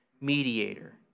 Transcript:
mediator